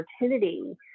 opportunity